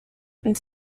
and